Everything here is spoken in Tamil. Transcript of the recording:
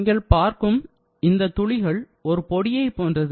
நீங்கள் பார்க்கும் துளிகள் ஒரு பொடியை போன்றது